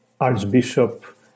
Archbishop